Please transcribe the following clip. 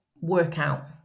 workout